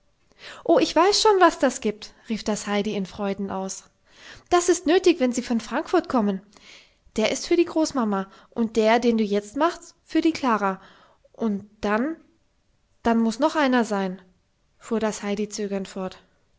oh ich weiß schon was das gibt rief das heidi in freuden aus das ist nötig wenn sie von frankfurt kommen der ist für die großmama und der den du jetzt machst für die klara und dann dann muß noch einer sein fuhr das heidi zögernd fort